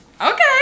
Okay